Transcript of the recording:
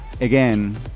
again